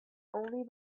only